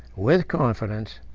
with confidence,